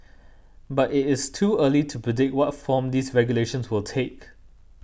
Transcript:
but it is too early to predict what form these regulations will take